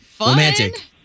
romantic